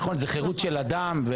זה חירות של אדם.